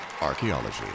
Archaeology